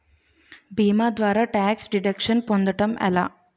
భీమా ద్వారా tax deduction పొందటం ఎలా?